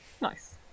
Nice